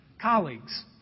colleagues